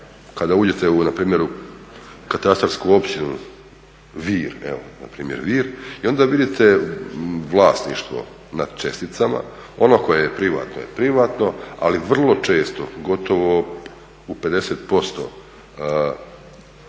kada uđete npr. u katastarsku Općinu Vir i onda vidite vlasništvo nad česticama, ono koje je privatno je privatno, ali vrlo često gotovo u 50% upisa